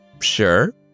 Sure